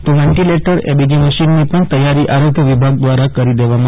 તો ventilator ABG મશીનની પણ તૈય્રો આરોગ્ય વિભાગ દ્વારા કરી દેવી છે